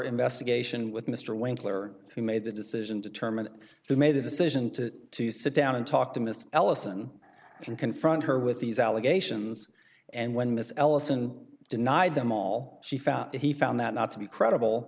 investigation with mr winkler who made the decision determine who made the decision to to sit down and talk to mr ellison and confront her with these allegations and when this ellison denied them all she found he found that not to be credible